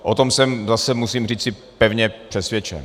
O tom jsem zase musím říci pevně přesvědčen.